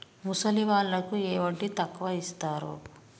ముసలి వాళ్ళకు ఏ వడ్డీ ఎక్కువ ఇస్తారు?